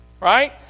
Right